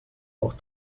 auch